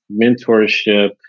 mentorship